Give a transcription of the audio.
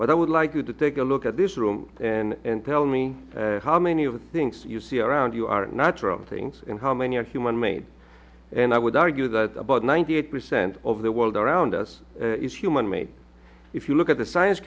but i would like you to take a look at this room and tell me how many of the things you see around you are natural things and how many are human made and i would argue that about ninety eight percent of the world around us is human made if you look at the science